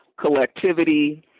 collectivity